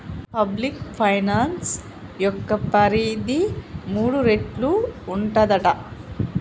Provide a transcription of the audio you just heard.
public finance యొక్క పరిధి మూడు రేట్లు ఉంటదట